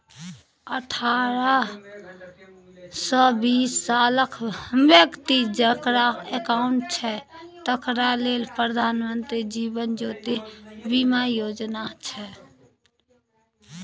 अठारहसँ बीस सालक बेकती जकरा अकाउंट छै तकरा लेल प्रधानमंत्री जीबन ज्योती बीमा योजना छै